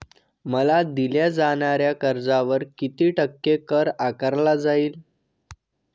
मला दिल्या जाणाऱ्या कर्जावर किती टक्के कर आकारला जाईल?